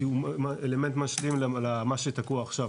כי הוא אלמנט משלים למה שתקוע עכשיו,